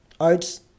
oats